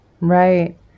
Right